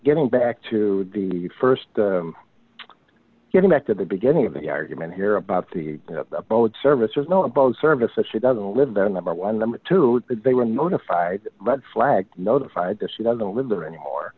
getting back to the st getting back to the beginning of the argument here about the boat services know about services she doesn't live there number one number two they were notified red flag notified that she doesn't live there anymore